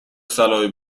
صلاحی